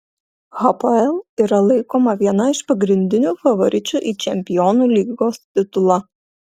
hapoel yra laikoma viena iš pagrindinių favoričių į čempionų lygos titulą